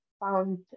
found